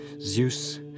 Zeus